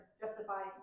justify